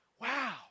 wow